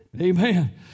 Amen